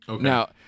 Now